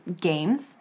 Games